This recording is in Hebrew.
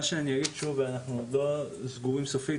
אנחנו עוד לא סגורים סופית,